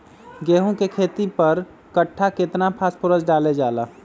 गेंहू के खेती में पर कट्ठा केतना फास्फोरस डाले जाला?